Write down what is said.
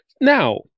Now